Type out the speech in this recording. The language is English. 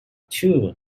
too